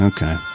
Okay